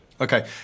Okay